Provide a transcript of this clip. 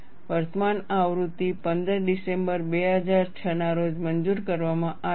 વર્તમાન આવૃત્તિ 15 ડિસેમ્બર 2006 ના રોજ મંજૂર કરવામાં આવી છે